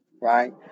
right